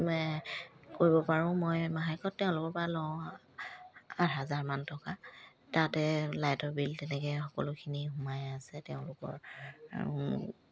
কৰিব পাৰোঁ মই মাহেকত তেওঁলোকৰ পৰা লওঁ আঠ হাজাৰমান থকা তাতে লাইটৰ বিল তেনেকে সকলোখিনি সোমাই আছে তেওঁলোকৰ